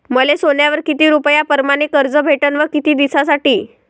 मले सोन्यावर किती रुपया परमाने कर्ज भेटन व किती दिसासाठी?